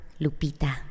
Lupita